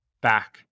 back